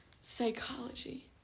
Psychology